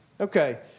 Okay